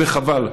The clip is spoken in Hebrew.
וחבל.